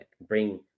bring